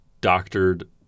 doctored